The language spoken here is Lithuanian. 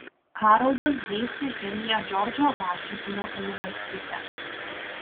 haroldas dėstė chemiją džordžo vašingtono universitete